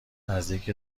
نزدیک